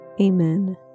Amen